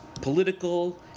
political